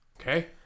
Okay